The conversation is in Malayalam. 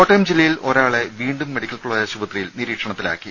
കോട്ടയം ജില്ലയിൽ ഒരാളെ വീണ്ടും മെഡിക്കൽ കോളജ് ആശുപത്രിയിൽ നിരീക്ഷണത്തിലാക്കി